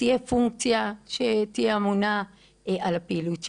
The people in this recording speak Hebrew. תהיה פונקציה שתהיה אמונה על הפעילות שלהם,